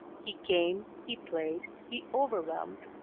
he came, he played, he overwhelmed.